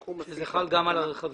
שזה חל גם על הרכבים.